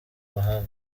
mabanga